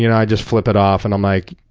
you know i just flip it off, and i'm like,